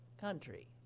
country